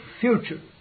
future